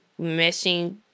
meshing